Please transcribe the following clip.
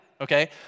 okay